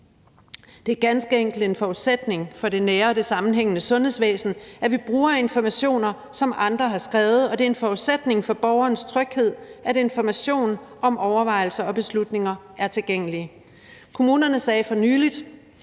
enkelt en forudsætning for det nære og det sammenhængende sundhedsvæsen, at vi bruger informationer, som andre har skrevet, og det er en forudsætning for borgerens tryghed, at information om overvejelser og beslutninger er tilgængelig. Kommunerne sagde for nylig,